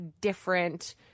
different